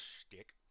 shtick